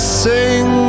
sing